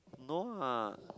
no lah